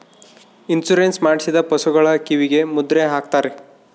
insurance ಮಾಡಿಸಿದ ಪಶುಗಳ ಕಿವಿಗೆ ಮುದ್ರೆ ಹಾಕ್ತಾರೆ